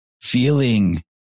feeling